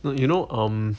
no you know um